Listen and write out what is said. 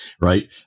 right